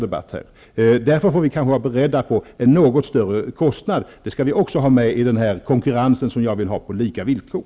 Därför får vi vara beredda på en något högre kostnad. Det skall vi också ha med i denna konkurrens -- som jag vill ha på lika villkor.